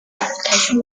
application